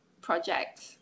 project